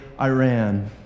Iran